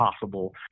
possible